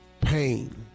pain